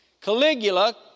Caligula